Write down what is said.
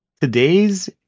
today's